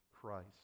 Christ